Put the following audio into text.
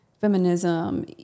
Feminism